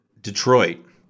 detroit